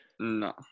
No